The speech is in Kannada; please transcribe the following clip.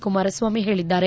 ಕುಮಾರಸ್ವಾಮಿ ಹೇಳಿದ್ದಾರೆ